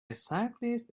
cyclist